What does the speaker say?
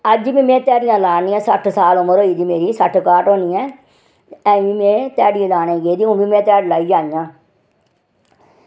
अज्ज बी में ध्याड़ियां लानियां सट्ठ साल उमर होई दी मेरी सट्ठ काह्ठ होनी ऐ ते अजें बी में ध्याड़ी लान्नी आं ते हून प्ही में ध्याड़ी लान्नी आं